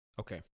Okay